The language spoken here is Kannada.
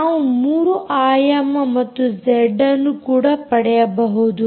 ನಾವು 3 ಆಯಾಮ ಮತ್ತು ಜೆಡ್ ಅನ್ನು ಕೂಡ ಪಡೆಯಬಹುದು